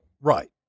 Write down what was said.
right